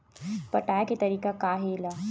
पटाय के तरीका का हे एला?